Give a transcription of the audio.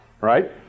right